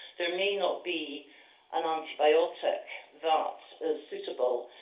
there may not be an antibiotic that is suitable.